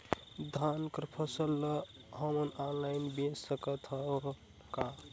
धान कर फसल ल हमन ऑनलाइन बेच सकथन कौन?